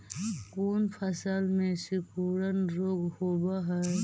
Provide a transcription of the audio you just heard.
कोन फ़सल में सिकुड़न रोग होब है?